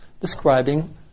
describing